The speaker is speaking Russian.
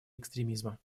экстремизма